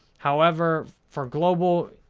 however, for global,